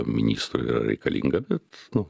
ministrui yra reikalinga bet nu